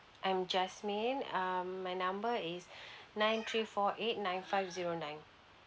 I'm jasmine um my number is nine three four eight nine five zero nine